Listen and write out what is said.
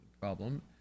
problem